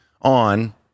on